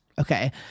Okay